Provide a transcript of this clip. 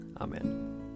Amen